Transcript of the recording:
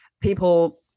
People